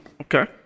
Okay